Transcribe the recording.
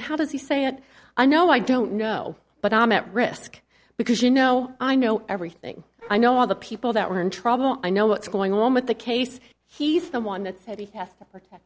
how does he say it i know i don't know but i'm at risk because you know i know everything i know all the people that were in trouble i know what's going on with the case he's the one that said he has t